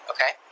Okay